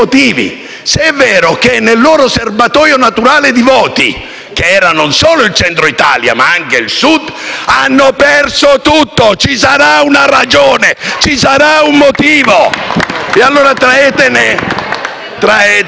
se è vero che nel loro serbatoio naturale di voti, che era non solo il Centro Italia ma anche il Sud, hanno perso tutto: ci sarà una ragione, ci sarà un motivo! *(Applausi dal